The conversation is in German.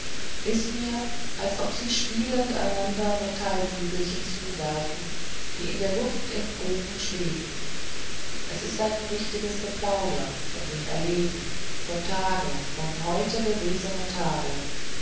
ist mir als ob sie spielend einander metallkügelchen zuwerfen die in der luft im bogen schweben es ist ein richtiges geplauder von dem erleben vom tage vom heute gewesenen tage